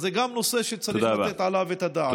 גם זה נושא שצריך לתת עליו את הדעת.